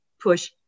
push